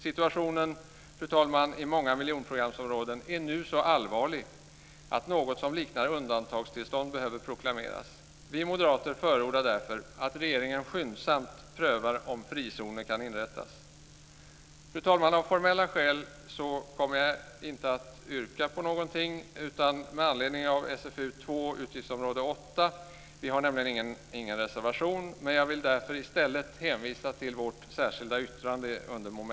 Situationen, fru talman, i många miljonprogramsområden är nu så allvarlig att något som liknar undantagstillstånd behöver proklameras. Vi moderater förordar därför att regeringen skyndsamt prövar om frizoner kan inrättas. Fru talman! Av formella skäl kommer jag inte att yrka på någonting med anledning av SfU2 utgiftsområde 8. Vi har nämligen ingen reservation. Jag vill i stället hänvisa till vårt särskilda yttrande under mom.